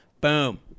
Boom